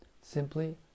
simply